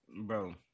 bro